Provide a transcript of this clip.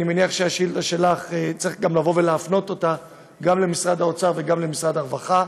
אני מניח שאת השאילתה שלך צריך להפנות גם למשרד האוצר וגם למשרד הרווחה.